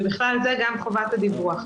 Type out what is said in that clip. ובכלל זה גם חובת הדיווח.